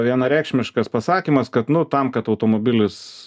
vienareikšmiškas pasakymas kad nu tam kad automobilis